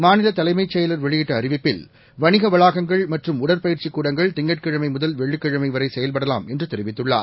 மாநிலதலைமைச்செயலாளர்வெளியிட்டஅறிவிப்பில் வணிகவளாகங்கள்மற்றும்உடற்பயிற்சிக்கூடங்கள் திங்கட்கி ழமைமுதல்வெள்ளிக்கிழமைவரைசெயல்படலாம்என்றுதெரி வித்துள்ளார்